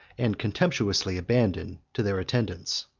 and contemptuously abandoned to their attendants.